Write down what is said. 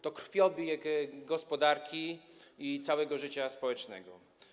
To krwiobieg gospodarki i całego życia społecznego.